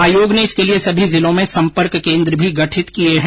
आयोग ने इसके लिये सभी जिलों में संपर्क केन्द्र भी गठित किए हैं